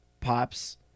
Pops